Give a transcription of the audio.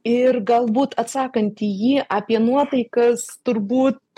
ir galbūt atsakant į jį apie nuotaikas turbūt